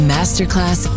Masterclass